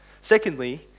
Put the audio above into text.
Secondly